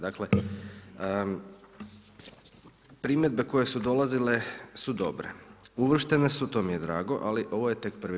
Dakle, primjedbe koje su dolazile su dobre, uvrštene su to mi je drago, ali ovo je tek prvi.